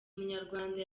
umunyarwanda